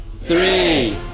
Three